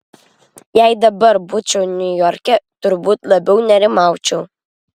jei dabar būčiau niujorke turbūt labiau nerimaučiau